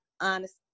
honest